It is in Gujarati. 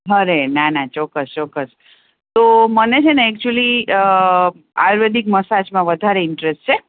અરે ના ના ચોક્કસ ચોક્કસ તો મને છે ને એક્ચુલી આયુર્વેદિક મસાજમાં વધારે ઇન્ટરેસ છે